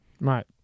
Right